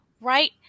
right